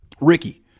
ricky